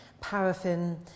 paraffin